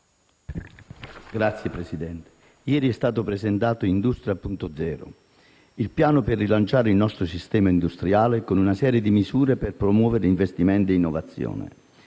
Signor Presidente, ieri è stato presentato Industria 4.0, il piano per rilanciare il nostro sistema industriale con una serie di misure per promuovere investimenti e innovazione.